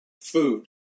food